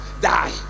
die